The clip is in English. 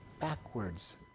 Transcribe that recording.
backwards